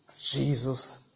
Jesus